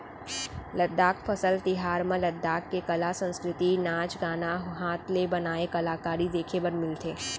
लद्दाख फसल तिहार म लद्दाख के कला, संस्कृति, नाच गाना, हात ले बनाए कलाकारी देखे बर मिलथे